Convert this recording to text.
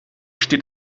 steht